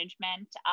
management